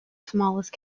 smallest